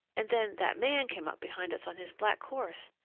and then that man came up behind us on his black horse,